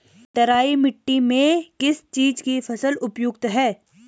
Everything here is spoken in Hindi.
तराई मिट्टी में किस चीज़ की फसल उपयुक्त है?